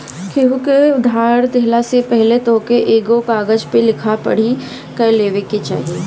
केहू के उधार देहला से पहिले तोहके एगो कागज पअ लिखा पढ़ी कअ लेवे के चाही